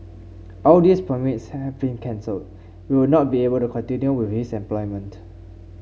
all these permits have been cancelled we would not be able to continue with his employment